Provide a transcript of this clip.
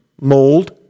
mold